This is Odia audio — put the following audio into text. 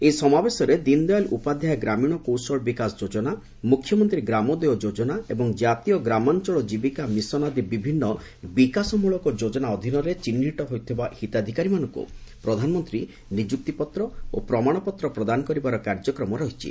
ଏହି ସମାବେଶରେ ଦିନଦୟାଲ ଉପାଧ୍ୟାୟ ଗ୍ରାମୀଣ କକିଶଳ ବିକାଶ ଯୋଜନା ମୁଖ୍ୟମନ୍ତ୍ରୀ ଗ୍ରାମୋଦୟ ଯୋଜନା ଏବଂ ଜାତୀୟ ଗ୍ରାମାଞ୍ଚଳ ଜୀବିକା ମିଶନ ଆଦି ବିଭିନ୍ନ ବିକାଶମଳକ ଯୋଜନା ଅଧୀନରେ ଚିହ୍ନଟ ହୋଇଥିବା ହିତାଧିକାରୀଙ୍କୁ ପ୍ରଧାନମନ୍ତ୍ରୀ ନିଯୁକ୍ତିପତ୍ର ଏବଂ ପ୍ରମାଣପତ୍ର ପ୍ରଦାନ କରିବାର କାର୍ଯ୍ୟକ୍ରମ ରହିଛି